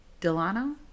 Delano